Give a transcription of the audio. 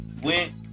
went